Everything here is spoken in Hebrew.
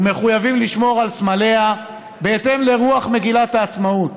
ומחויבים לשמור על סמליה בהתאם לרוח מגילת העצמאות.